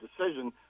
decision